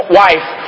wife